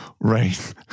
Right